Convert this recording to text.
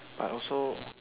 I also